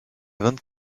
vingt